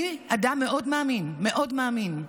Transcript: אני אדם מאוד מאמין, מאוד מאמין,